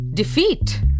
Defeat